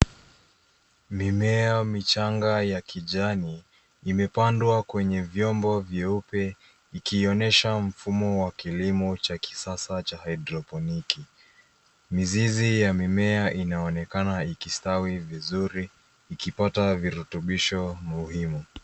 Mimea michanga ya kijani imepandwa kwenye vyombo vyeupe, ikionyesha mfumo wa kilimo cha kisasa cha haidroponiki. Mizizi ya mimea inaonekana ikistawi vizuri, ikipata virutubisho muhimu.